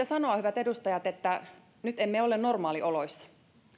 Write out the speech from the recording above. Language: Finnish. sanoa hyvät edustajat että nyt emme ole normaalioloissa